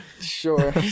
Sure